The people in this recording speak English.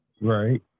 right